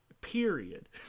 period